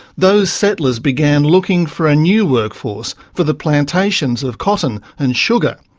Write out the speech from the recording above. those settlers began looking for a new workforce for the plantations of cotton and sugar.